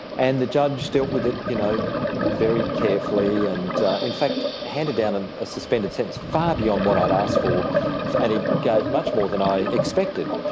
and the judge dealt with it you know you know very carefully and in fact handed down and a suspended sentence far beyond what i'd asked for for and he gave much more than i expected.